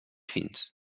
fins